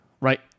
right